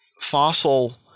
fossil